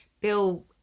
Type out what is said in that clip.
Bill